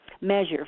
measure